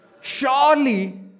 surely